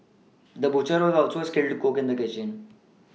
the butcher was also a skilled a cook in the kitchen